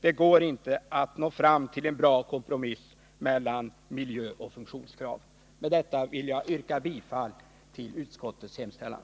Det går inte att nå fram till en bra kompromiss mellan miljöoch funktionskrav. Med detta vill jag yrka bifall till utskottets hemställan.